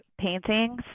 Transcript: paintings